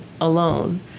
alone